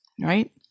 right